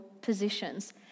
positions